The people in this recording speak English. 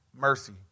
mercy